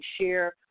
share